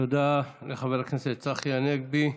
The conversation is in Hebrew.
תודה לחבר הכנסת צחי הנגבי.